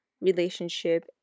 relationship